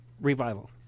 revival